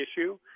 issue